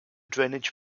drainage